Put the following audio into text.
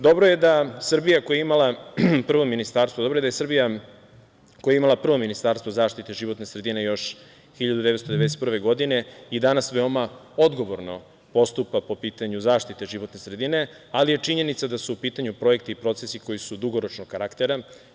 Dobro je da Srbija, koja je imala prvo Ministarstvo zaštite životne sredine još 1991. godine, i danas veoma odgovorno postupa po pitanju zaštite životne sredine, ali je činjenica da su u pitanju projekti i procesi koji su dugoročnog karaktera.